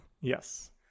Yes